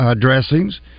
dressings